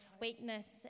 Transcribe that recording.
weakness